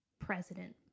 president